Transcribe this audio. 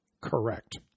correct